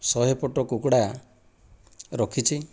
ଶହେ ପଟ କୁକୁଡ଼ା ରଖିଛି